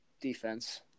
defense